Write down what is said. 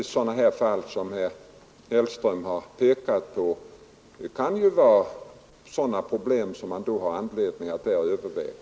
Sådana fall som de herr Hellström nu har pekat på kan ju vara sådana problem som man då har anledning att överväga.